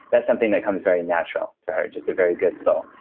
that's something that comes very natural to her, just a very good soul.